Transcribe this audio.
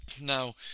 Now